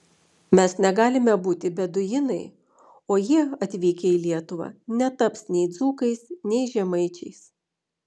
mes negalime būti beduinai o jie atvykę į lietuvą netaps nei dzūkais nei žemaičiais